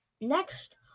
Next